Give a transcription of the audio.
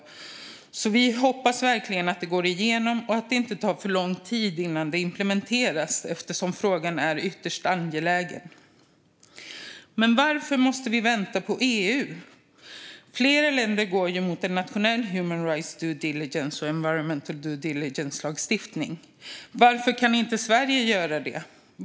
Vi hoppas verkligen att detta går igenom och att det inte tar för lång tid innan det implementeras, för frågan är ytterst angelägen. Men varför måste vi vänta på EU? Flera länder går ju mot en nationell lagstiftning för human rights due diligence och environmental due diligence. Varför kan inte Sverige göra det?